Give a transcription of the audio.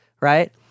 right